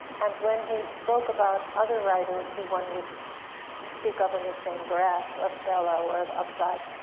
and when he spoke about other writers who one would speak of in the same breath, of bellow or of updike,